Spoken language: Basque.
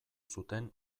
zuten